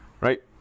right